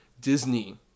Disney